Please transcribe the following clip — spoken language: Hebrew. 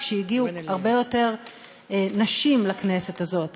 כשהגיעו הרבה יותר נשים לכנסת הזאת,